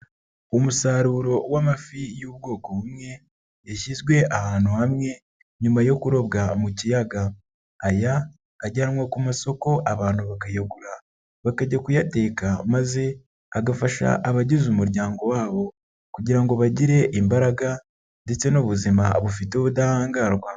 Umusaruro w'amafi y'ubwoko bumwe yashyizwe ahantu hamwe nyuma yo kuroga mu kiyaga, aya ajyanwa ku masoko abantu bakagura bakajya kuyateka maze agafasha abagize umuryango wabo kugira ngo bagire imbaraga ndetse n'ubuzima bufite ubudahangarwa.